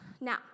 Now